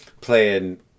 playing